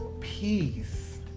peace